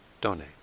donate